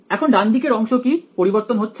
এখন ডান দিকের অংশ কি পরিবর্তন হচ্ছে